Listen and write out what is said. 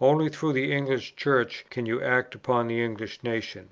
only through the english church can you act upon the english nation.